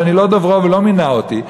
ואני לא דוברו והוא לא מינה אותי.